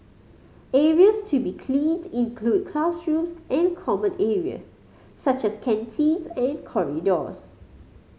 areas to be cleaned include classrooms and common areas such as canteens and corridors